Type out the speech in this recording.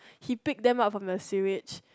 he picked them up from the sewers